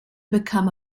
become